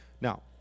now